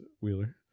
Wheeler